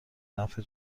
نفع